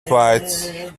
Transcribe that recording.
twice